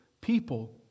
people